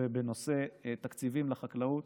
בנושא תקציבים לחקלאות